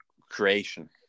creation